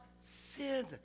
sin